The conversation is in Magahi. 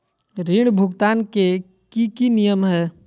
ऋण भुगतान के की की नियम है?